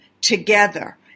together